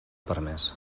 permès